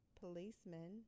policeman